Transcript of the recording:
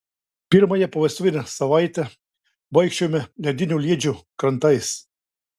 pirmąją povestuvinę savaitę vaikščiojome ledinio liedžio krantais